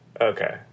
Okay